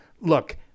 look